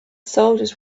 soldiers